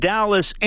Dallas